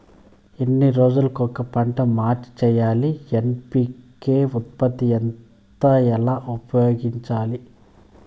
ఎన్ని రోజులు కొక పంట మార్చి సేయాలి ఎన్.పి.కె నిష్పత్తి ఎంత ఎలా ఉపయోగించాలి?